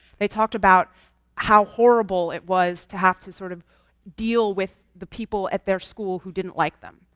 they talked about how horrible it was to have to sort of deal with the people at their school who didn't like them.